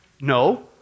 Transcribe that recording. No